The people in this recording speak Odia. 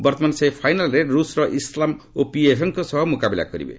ବର୍ତ୍ତମାନ ସେ ଫାଇନାଲ୍ରେ ରୁଷ୍ର ଇସ୍ଲାମ୍ ଓପିଏଭ୍ଙ୍କ ସହ ମୁକାବିଲା କରିବେ